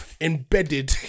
embedded